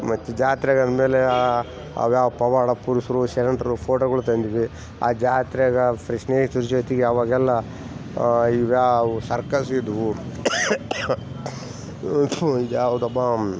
ಮತ್ತು ಜಾತ್ರೆಗೆ ಅಂದಮೇಲೆ ಅವು ಯಾವ ಪವಾಡ ಪುರುಷರು ಶರಣರು ಫೋಟೋಗಳು ತಂದಿದ್ವಿ ಆ ಜಾತ್ರೆಗೆ ಪ್ರಶ್ನೆ ಎತ್ರ ಜೋತೆಗ್ ಅವಾಗೆಲ್ಲಾ ಇವ್ಯಾವು ಸರ್ಕಸ್ ಇದ್ವು ಇದು ಯಾವುದಪ್ಪ